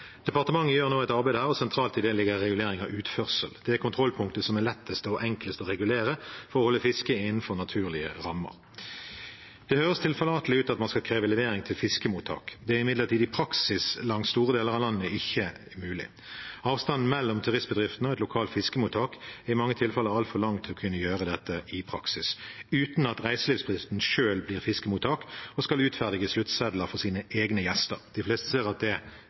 Departementet gjør nå et arbeid her, og sentralt i det ligger regulering av utførsel, det kontrollpunktet som er enklest å regulere for å holde fisket innenfor naturlige rammer. Det høres tilforlatelig ut at man skal kunne kreve levering til fiskemottak. Det er imidlertid i praksis ikke mulig i store deler av landet. Avstanden mellom turistbedriftene og et lokalt fiskemottak er i mange tilfeller altfor lang til å kunne gjøre dette i praksis, uten at reiselivsbedriften selv blir fiskemottak og skal utferdige sluttsedler for sine egne gjester. De fleste ser at det kan by på en viss utfordring. Det er